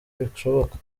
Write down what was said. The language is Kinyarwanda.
bishoboka